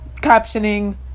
captioning